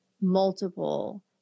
multiple